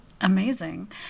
Amazing